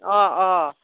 অঁ অঁ